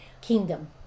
kingdom